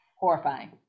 Horrifying